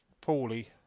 poorly